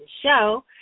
show